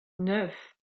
neuf